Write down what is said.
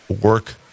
work